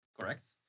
correct